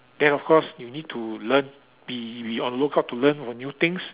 then of course you need to learn be be on lookout to learn on new things